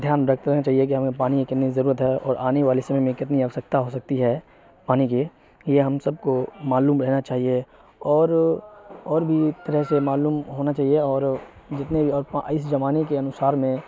دھیان رکھتے رہنا چاہیے کہ ہمیں پانی کی کتنی ضرورت ہے اور آنے والے سمے میں کتنی آوشیکتا ہو سکتی ہے پانی کی یہ ہم سب کو معلوم رہنا چاہیے اور اور بھی طرح سے معلوم ہونا چاہیے اور جتنے بھی اور اس زمانے کے انوسار میں